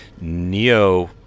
NEO